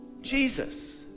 Jesus